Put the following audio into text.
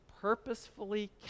purposefully